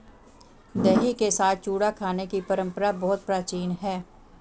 दही के साथ चूड़ा खाने की परंपरा बहुत प्राचीन है